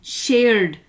shared